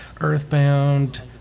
Earthbound